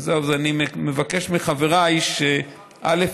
אז זהו, אני מבקש מחבריי, א.